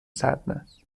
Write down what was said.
sadness